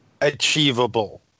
achievable